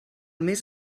més